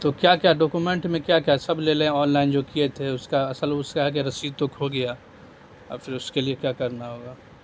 تو کیا کیا ڈاکومینٹ میں کیا کیا سب لے لیں آن لائن جو کیے تھے اس کا اصل اس کا ہے کہ رسید توکھو گیا اور پھر اس کے لیے کیا کرنا ہوگا